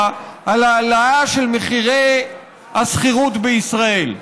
על העלאה של מחירי השכירות בישראל.